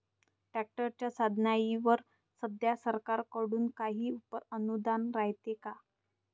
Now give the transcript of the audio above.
ट्रॅक्टरच्या साधनाईवर सध्या सरकार कडून काही अनुदान रायते का?